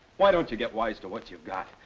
why don't you get wise to what you've got?